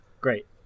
Great